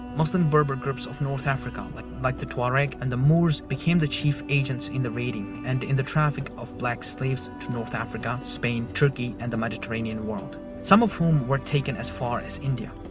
muslim berber groups of north africa like like the tuareg and moors became the chief agents in the raiding, and in the traffic of black slaves to north africa, spain, turkey and the mediterranean world, some of whom were taken as far as india.